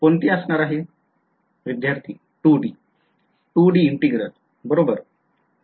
विध्यार्थी 2D 2D integral बरोबर